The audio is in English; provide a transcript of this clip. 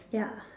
ya